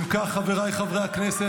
אם כך, חבריי חברי הכנסת